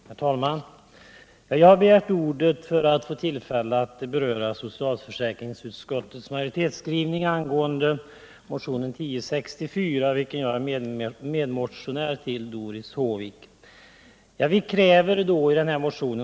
Herr talman! Jag har begärt ordet för att få tillfälle att beröra socialförsäkringsutskottets majoritetsskrivning angående motionen 1064, jag är där medmotionär till Doris Håvik.